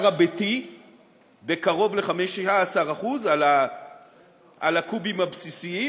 הביתי בקרוב ל15% על הקובים הבסיסיים,